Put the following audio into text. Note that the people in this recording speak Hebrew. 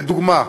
לדוגמה,